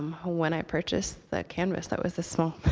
when i purchased a canvas that was this small.